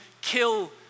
kill